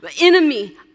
enemy